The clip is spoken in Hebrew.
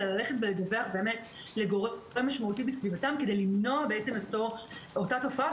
אלא ללכת ולדווח לגורם משמעותי בסביבתם כדי למנוע בעצם את אותה תופעה.